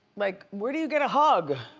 like, where do you get a hug?